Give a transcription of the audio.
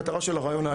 המטרה של הריאיון היא,